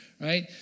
Right